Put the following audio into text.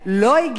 לא הגיע,